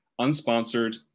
unsponsored